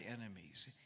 enemies